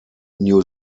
new